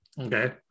okay